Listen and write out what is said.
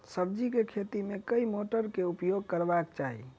सब्जी केँ खेती मे केँ मोटर केँ प्रयोग करबाक चाहि?